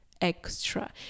extra